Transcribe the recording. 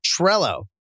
Trello